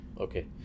Okay